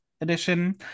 edition